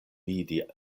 vidi